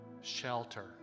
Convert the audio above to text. shelter